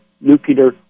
nuclear